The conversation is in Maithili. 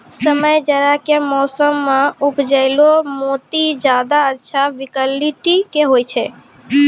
समय जाड़ा के मौसम मॅ उपजैलो मोती ज्यादा अच्छा क्वालिटी के होय छै